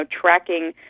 tracking